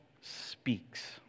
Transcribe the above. speaks